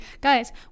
guys